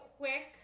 Quick